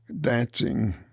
dancing